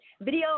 Video